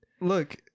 Look